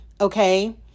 okay